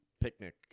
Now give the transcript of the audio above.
picnic